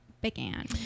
began